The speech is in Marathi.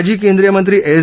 माजी केंद्रीय मंत्री एस